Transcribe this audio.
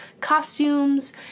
costumes